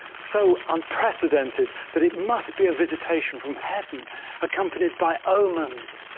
so unprecedented that it must be a visitation from heaven accompanied by omens,